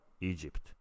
Egypt